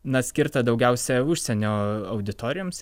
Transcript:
na skirta daugiausia užsienio auditorijoms